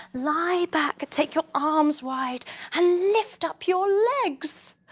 lie back, take your arms wide and lift up your legs!